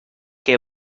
que